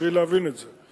צריך להבין את זה.